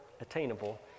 attainable